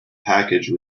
package